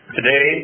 Today